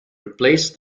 replaced